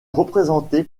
représenté